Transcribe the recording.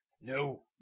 No